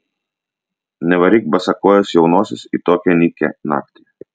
nevaryk basakojės jaunosios į tokią nykią naktį